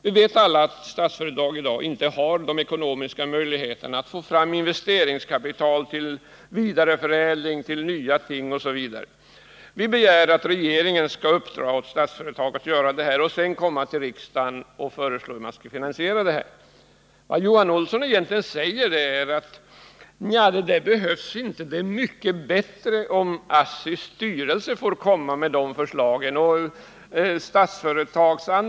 Vi vet ju alla att Statsföretag i dag inte har ekonomiska möjligheter att skaffa fram investeringskapital till vidareförädling, nya ting osv. Vi begär då att regeringen skall uppdra åt Statsföretag att göra detta och sedan komma till riksdagen med förslag till finansiering. Vad Johan Olsson egentligen säger är: Nja, det där behövs inte, det är mycket bättre om ASSI:s styrelse och Statsföretags andra bolag får komma med de förslagen.